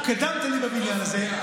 קדמת לי בבניין הזה.